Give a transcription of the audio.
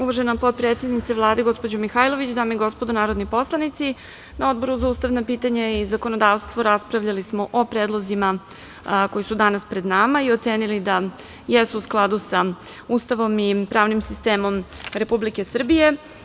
Uvažena potpredsednice Vlade, gospođo Mihajlović, dame i gospodo narodni poslanici, na Odboru za ustavna pitanja i zakonodavstvo raspravljali smo o predlozima koji su danas pred nama i ocenili da jesu u skladu sa Ustavom i pravnim sistemom Republike Srbije.